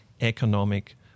economic